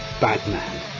Batman